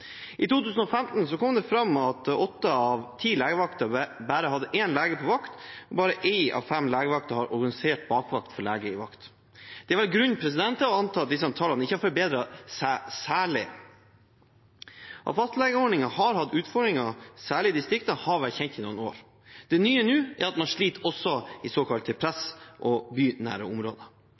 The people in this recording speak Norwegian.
I 2015 kom det fram at åtte av ti legevakter bare hadde én lege på vakt, og bare en av fem legevakter har organisert bakvakt for lege i vakt. Det er vel grunn til å anta at disse tallene ikke har forbedret seg særlig. At fastlegeordningen har hatt utfordringer, særlig i distriktene, har vært kjent i noen år. Det nye nå er at man sliter også i såkalte press- og bynære områder.